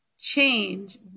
change